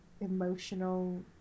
emotional